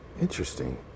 Interesting